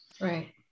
right